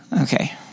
Okay